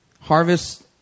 Harvest